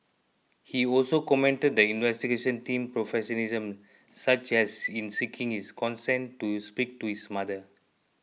he also commended the investigation team's professionalism such as in seeking his consent to speak to his mother